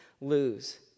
lose